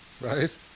right